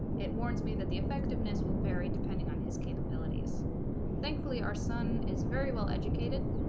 it warns me that the effectiveness will vary depending on his capabilities thankfully our son is very well educated